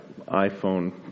iPhone